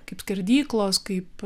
kaip skerdyklos kaip